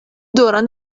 دوران